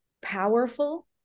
powerful